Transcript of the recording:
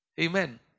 Amen